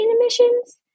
emissions